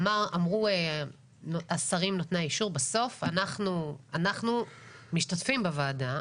אמרו השרים נותני האישור בסוף אנחנו משתתפים בוועדה.